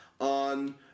On